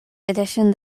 edition